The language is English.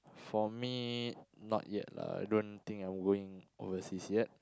for me not yet lah I don't think I going overseas yet